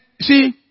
see